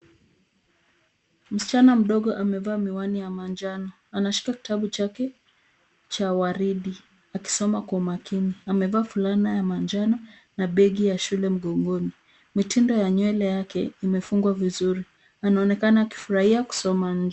Msichana mdogo amevaa miwani ya manjano, anashika kitabu chake cha waridi akisoma kwa umakini, amevaa fulana ya manjano na begi ya shule mgongoni. Mtindo ya nywele yake imefungwa vizuri. Anaonekana akifurahia kusoma nje.